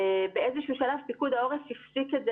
באיזשהו שלב פיקוד העורף הפסיק את זה